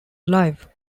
live